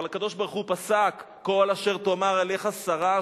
אבל הקדוש-ברוך-הוא פסק: "כל אשר תאמר אליך שרה,